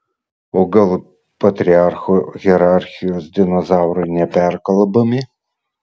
o gal patriarcho hierarchijos dinozaurai neperkalbami